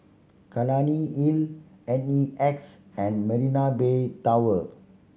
Clunny Hill N E X and Marina Bay Tower